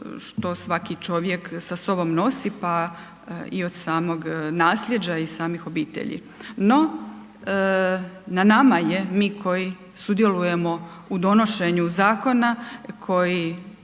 što svaki čovjek sa sobom nosi pa i od samog nasljeđa, i samih obitelji. No, na nama je, mi koji sudjelujemo u donošenju Zakona, koji